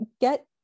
get